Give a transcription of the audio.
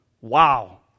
Wow